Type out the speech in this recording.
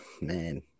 man